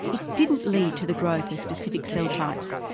it didn't lead to the growth of specific cell types,